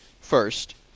first